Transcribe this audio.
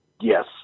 Yes